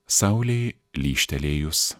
saulei lyžtelėjus